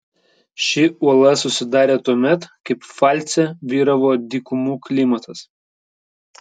ši uola susidarė tuomet kai pfalce vyravo dykumų klimatas